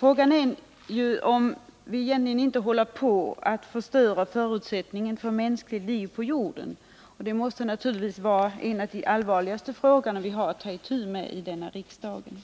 Man kan fråga sig om vi egentligen inte håller på att förstöra förutsättningen för mänskligt liv på jorden, vilket naturligtvis måste vara ett av de allvarligaste spörsmålen att ta itu med i riksdagen.